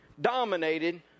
dominated